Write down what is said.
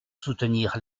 soutenir